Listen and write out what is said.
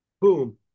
boom